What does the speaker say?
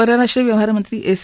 परराष्ट्र व्यवहारमंत्री एस